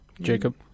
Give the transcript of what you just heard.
Jacob